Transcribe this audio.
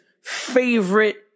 favorite